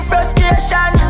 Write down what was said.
Frustration